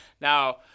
Now